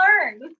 learn